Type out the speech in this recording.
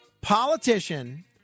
politician